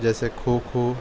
جیسے کھوکھو